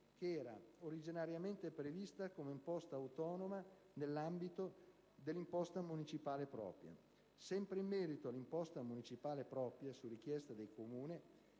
che era originariamente prevista come imposta autonoma nell'ambito dell'imposta municipale propria. Sempre in merito all'imposta municipale propria, su richiesta dei Comuni,